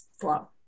flow